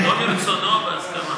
לא מרצונו, בהסכמה.